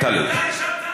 אתה השבת?